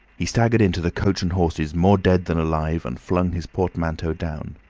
he staggered into the coach and horses more dead than alive, and flung his portmanteau down.